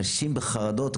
אנשים בחרדות.